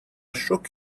shook